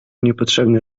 niepotrzebne